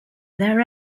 their